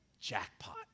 Jackpot